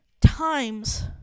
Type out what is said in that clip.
times